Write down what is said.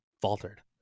faltered